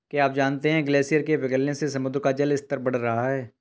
क्या आप जानते है ग्लेशियर के पिघलने से समुद्र का जल स्तर बढ़ रहा है?